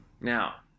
now